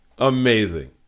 amazing